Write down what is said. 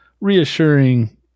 reassuring